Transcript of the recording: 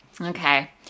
Okay